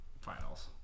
Finals